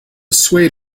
swayed